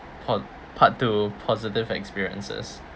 part part two positive experiences